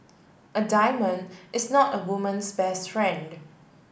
a diamond is not a woman's best friend